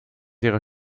ihrer